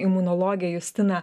imunologę justiną